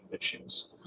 issues